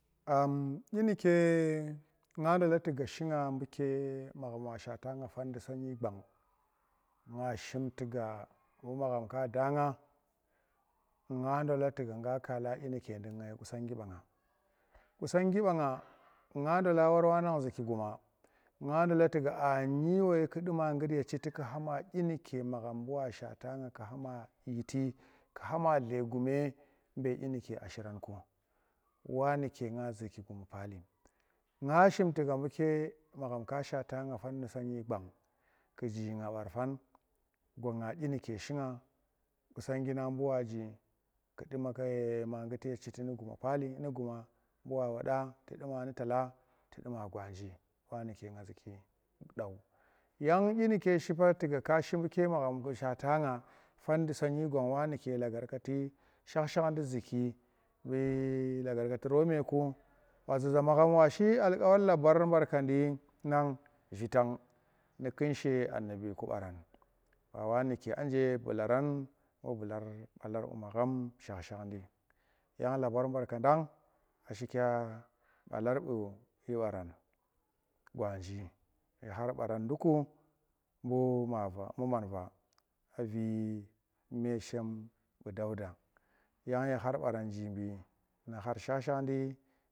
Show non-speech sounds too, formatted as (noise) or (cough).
Am dyi muke nga bdola tuga shi nga buke magham wa shata nga fan nu sonyi gwang (noise) nga shim tu bu magham ka da nga, (noise) nga ndoka tuga dung nga ye qusanggi ba nga qusonggi ba nga, nga ndola war wa nang zuki guma nga ndola tuga a nyi woi ku duma nggut ye chiti kume dyine magham bu wa shwata nga ku khama legume be dyinuke a shiranku, wa nuke na zuki guma pali, nga shim tuga buke magham ka shata nga fanu sondyi gwang ku jii bar fan gwanga dyinuke shinga qusonggi na bu wa ji ku ndu ma nggut ye chiti nu guma pali, bu wa wada tudi ma nu tala tudi ma gwanji wa nuke nga zuki day, yang bu dyinuke tuga ka shiki buke magham bu shata nga fan nu songi kwang wa nuke lagarkati shakh shachdi zuki (noise) bu lagargati romeku za magham wa shi alqawar labar barkondi nang shuu tang nu kunshe annabi ku baran buwa nuke a nje bularan bu bular balar bu magham shakh shakhdi, yang labar mar kandana a shikya balar bu yi baran gwanji ye khar baran dukku bu manva bu marfa avi me shambu dauda har yang ye khar baran nu jinbi shakh shakhdi.